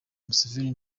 museveni